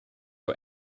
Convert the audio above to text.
for